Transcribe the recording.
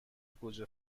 گوجه